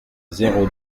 zéro